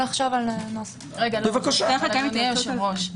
אדוני היושב-ראש,